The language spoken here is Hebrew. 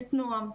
"נועם",